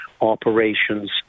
operations